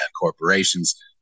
corporations